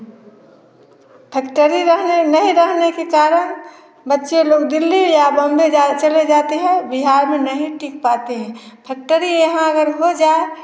factory रहने नहीं रहने के कारण बच्चे लोग दिल्ली या बॉम्बे जाए चले जाते हैं बिहार में नहीं टिक पाते हैं फैक्टरी यहाँ अगर हो जाए